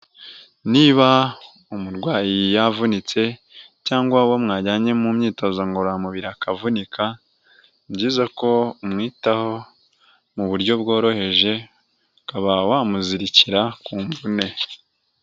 Niba umurwayi yavunitse cyangwa uwo mwajyanye mu myitozo ngororamubiri akavunika, ni byiza ko umwitaho mu buryo bworoheje, ukaba wamuzirikira ku mvune.